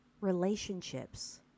relationships